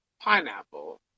pineapple